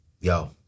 Yo